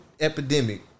Epidemic